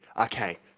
Okay